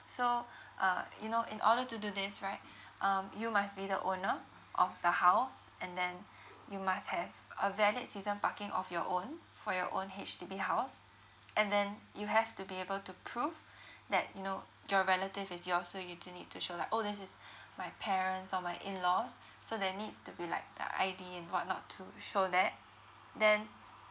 so uh you know in order to do this right um you must be the owner of the house and then you must have a valid season parking of your own for your own H_D_B house and then you have to be able to prove that you know your relative is yours so you do need to show like !ow! this is my parents or my in laws so there needs to be like the I_D and whatnot to show that then